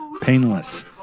Painless